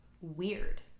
Weird